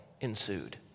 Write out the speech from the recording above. ensued